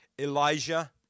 Elijah